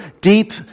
deep